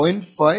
5 0